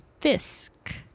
Fisk